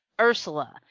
Ursula